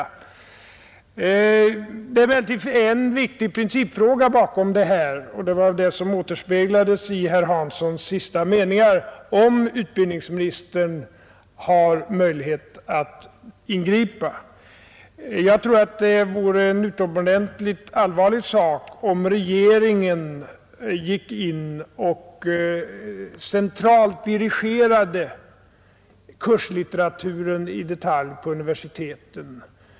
Det ligger emellertid en viktig princip bakom denna fråga, och det var väl den som återspeglades i herr Hanssons sista meningar om utbildningsministerns möjligheter att ingripa. Jag tror att det vore en utomordentligt allvarlig sak om regeringen i detalj centraldirigerade kurslitteraturen vid universiteten.